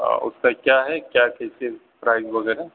اس کا کیا ہے کیا کیسے پرائز وغیرہ